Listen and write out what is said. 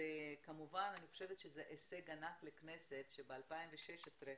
אני כמובן חושבת שזה הישג ענק לכנסת שבשנת 2016,